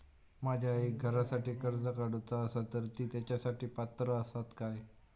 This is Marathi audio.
माझ्या आईक घरासाठी कर्ज काढूचा असा तर ती तेच्यासाठी पात्र असात काय?